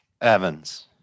Evans